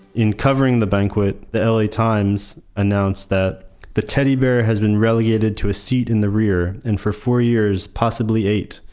in covering the banquet, the la times announced that the teddy bear has been relegated to seat in the rear, and for four years, possibly eight,